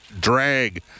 drag